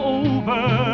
over